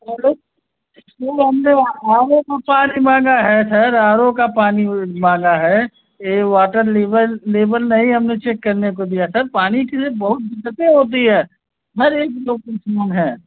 पहले क्यों हमने आर ओ का पानी माँगा है सर आर ओ का पानी माँगा है ये वाटर लीवल लेवल नहीं हमने चेक करने को दिया सर पानी के लिए बहुत दिक्कतें होती है हर एक लोग दुश्मन हैं